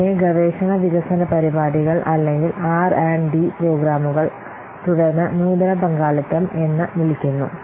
ഇതിനെ ഗവേഷണ വികസന പരിപാടികൾ അല്ലെങ്കിൽ ആർ ആൻഡ് ഡി പ്രോഗ്രാമുകൾ RD Programs തുടർന്ന് നൂതന പങ്കാളിത്തം എന്ന് വിളിക്കുന്നു